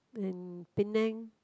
and Penang